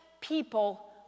people